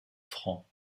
francs